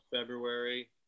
february